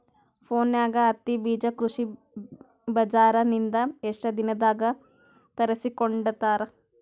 ಫೋನ್ಯಾಗ ಹತ್ತಿ ಬೀಜಾ ಕೃಷಿ ಬಜಾರ ನಿಂದ ಎಷ್ಟ ದಿನದಾಗ ತರಸಿಕೋಡತಾರ?